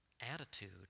attitude